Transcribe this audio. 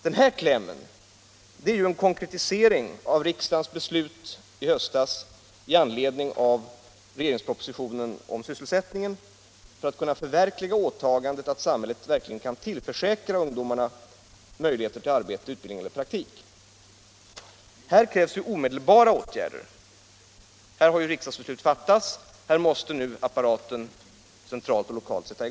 Den klämmen är ju en konkretisering av riksdagens beslut i höstas i anledning av regeringspropositionen om sysselsättningen för att förverkliga åtagandet att samhället skall tillförsäkra ungdomarna möjligheter till arbete, utbildning eller praktik. Här krävs omedelbara åtgärder. Riksdagsbeslut har fattats, och nu måste apparaten sättas i gång både centralt och lokalt.